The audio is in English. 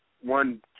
one